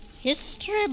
History